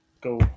go